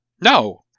No